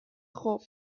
خوب